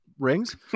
rings